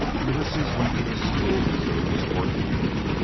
ulysses went to this school until he was fourteen,